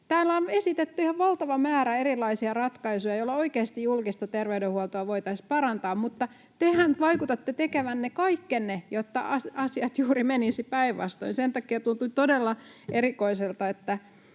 Täällä on esitetty ihan valtava määrä erilaisia ratkaisuja, joilla oikeasti julkista terveydenhuoltoa voitaisiin parantaa, mutta tehän vaikutatte tekevän kaikkenne, jotta asiat menisivät juuri päinvastoin. Sen takia tuntuu todella erikoiselta,